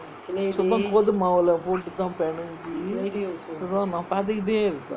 சும்மா கோது மாவுலே போட்டு தான் பெனஞ்சி சுடுவான் நா பாத்துகிட்டே இருப்பேன்:chummaa kothu maavulae pottu thaan penanji suduvaan paathukitae iruppaen